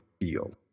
feel